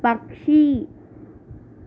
പക്ഷി